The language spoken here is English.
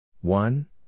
One